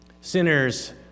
sinners